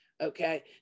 Okay